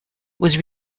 was